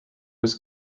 was